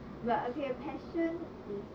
but okay passion is